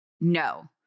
no